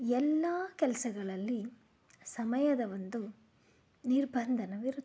ಎಲ್ಲ ಕೆಲಸಗಳಲ್ಲಿ ಸಮಯದ ಒಂದು ನಿರ್ಬಂಧವಿರುತ್ತದೆ